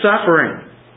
suffering